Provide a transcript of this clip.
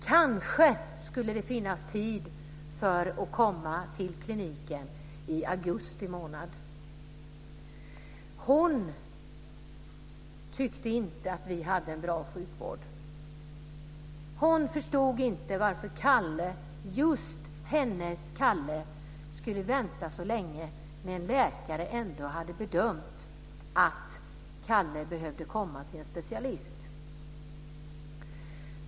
Kanske skulle det finnas en tid för att få komma till kliniken i augusti månad. Hon tyckte inte att vi hade en bra sjukvård. Hon förstod inte varför Kalle, just hennes Kalle, skulle vänta så länge när en läkare ändå hade bedömt att Kalle behövde komma till en specialist.